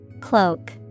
Cloak